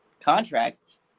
contracts